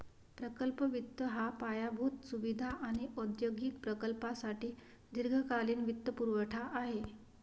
प्रकल्प वित्त हा पायाभूत सुविधा आणि औद्योगिक प्रकल्पांसाठी दीर्घकालीन वित्तपुरवठा आहे